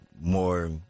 more